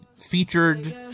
featured